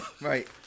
Right